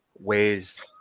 ways